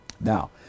now